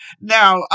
Now